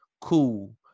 Cool